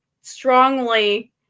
strongly